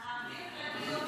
להעביר לדיון בוועדה.